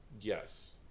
Yes